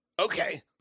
Okay